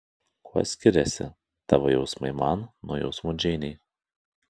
kuo skiriasi tavo jausmai man nuo jausmų džeinei